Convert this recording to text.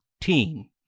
team